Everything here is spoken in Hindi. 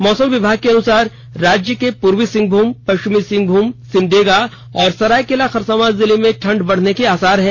मौसम विभाग के अनुसार राज्य के पूर्वी सिंहभूम पश्चिमी सिंहभूम सिमडेगा और सरायकेला खरसावां जिले में ठंड बढने के आसार हैं